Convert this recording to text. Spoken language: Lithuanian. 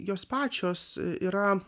jos pačios yra